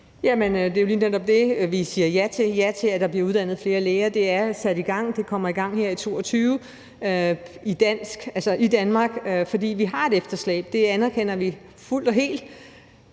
det er jo lige netop det, vi siger ja til, altså ja til, at der bliver uddannet flere læger. Det er sat i gang, det kommer i gang her i 2022, i Danmark. For vi har et efterslæb; det anerkender vi fuldt og helt.